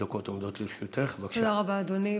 תודה רבה, אדוני.